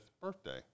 birthday